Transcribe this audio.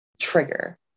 trigger